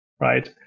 right